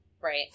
Right